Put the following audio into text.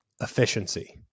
efficiency